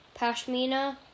Pashmina